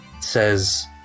says